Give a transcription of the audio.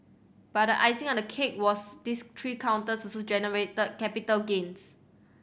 but the icing on the cake was these three counters also generated capital gains